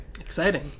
Exciting